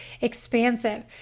Expansive